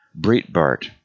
Breitbart